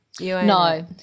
No